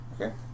Okay